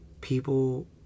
people